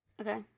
Okay